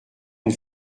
une